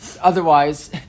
otherwise